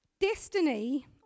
Destiny